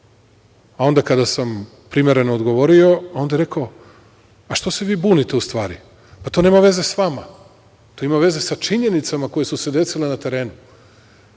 a onda kada sam primereno odgovorio, a onda je rekao – a što se vi bunite, u stvari. To nema veze sa vama, to ima veze sa činjenicama koje su se desile na terenu,